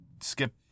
skip